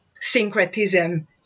syncretism